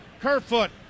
Kerfoot